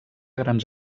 grans